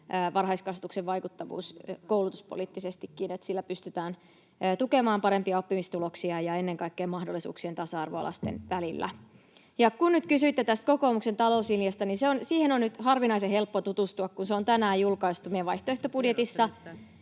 varhaiskasvatuksen vaikuttavuus koulutuspoliittisestikin, että sillä pystytään tukemaan parempia oppimistuloksia ja ennen kaikkea mahdollisuuksien tasa-arvoa lasten välillä. Kun nyt kysyitte kokoomuksen talouslinjasta: Siihen on nyt harvinaisen helppo tutustua, kun se on tänään julkaistu meidän vaihtoehtobudjetissa.